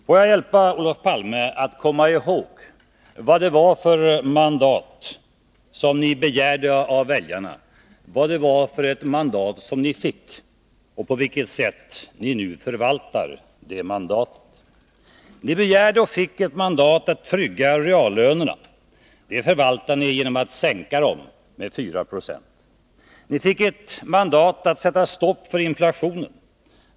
Får jag hjälpa Olof Palme att komma ihåg vad det var för mandat som ni begärde av väljarna, vad det var för ett mandat som ni 79 fick och på vilket sätt ni nu förvaltar det mandatet? Ni begärde och fick ett mandat att trygga reallönerna. Det förvaltar ni genom att sänka dem med 4 0. Ni fick ett mandat att sätta stopp för inflationen.